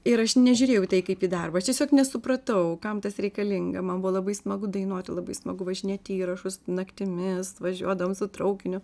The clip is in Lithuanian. ir aš nežiūrėjau į tai kaip į darbą aš tiesiog nesupratau kam tas reikalinga man buvo labai smagu dainuoti labai smagu važinėt į įrašus naktimis važiuodavom su traukiniu